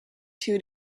two